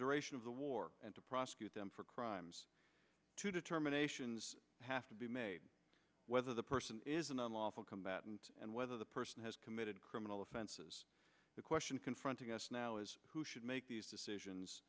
duration of the war and to prosecute them for crimes determinations have to be made whether the person is an unlawful combatant and whether the person has committed criminal offenses the question confronting us now is who should make these decisions